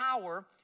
power